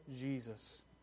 Jesus